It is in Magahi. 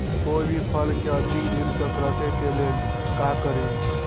कोई भी फल के अधिक दिन तक रखे के ले ल का करी?